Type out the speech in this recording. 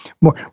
more